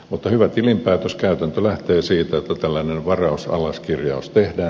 mutta hyvä tilinpäätöskäytäntö lähtee siitä että tällainen varaus alaskirjaus tehdään